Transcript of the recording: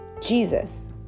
Jesus